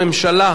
היא מושלת.